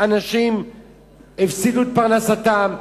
אנשים הפסידו את פרנסתם,